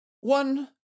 One